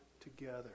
together